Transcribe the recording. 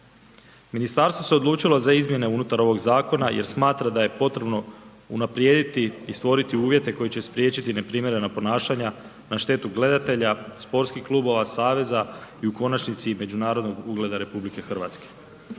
Ministarstvo se odlučilo za izmjene unutar ovog zakona jer smatra da je potrebno unaprijediti i stvoriti uvjete koji će spriječiti neprimjerena ponašanja na štetu gledatelja, sportskih klubova, saveza i u konačnici i međunarodnog ugleda RH. Sjetimo se